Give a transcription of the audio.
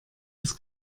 das